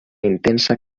intensa